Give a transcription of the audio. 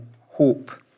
hope